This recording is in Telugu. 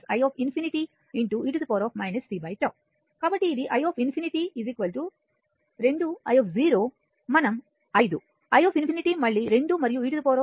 కాబట్టి i ∞ 2 i మనం 5 i ∞ మళ్ళీ 2 మరియు e 15 t ను లెక్కించాము